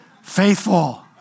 Faithful